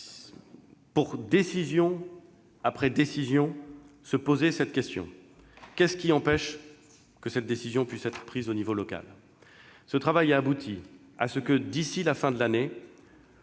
pour, décision après décision, répondre à cette question : qu'est-ce qui empêche que cette décision puisse être prise au niveau local ? Ce travail a abouti à ce que, d'ici à la fin de l'année,